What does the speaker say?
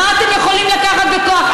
מה אתם יכולים לקחת בכוח?